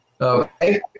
Okay